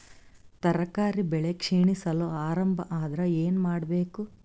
ತರಕಾರಿ ಬೆಳಿ ಕ್ಷೀಣಿಸಲು ಆರಂಭ ಆದ್ರ ಏನ ಮಾಡಬೇಕು?